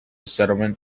settlement